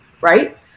Right